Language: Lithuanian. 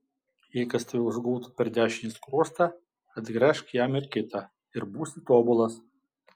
jei kas tave užgautų per dešinį skruostą atgręžk jam ir kitą ir būsi tobulas